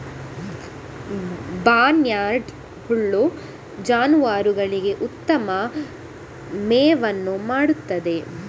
barnyard ಹುಲ್ಲು ಜಾನುವಾರುಗಳಿಗೆ ಉತ್ತಮ ಮೇವನ್ನು ಮಾಡುತ್ತದೆ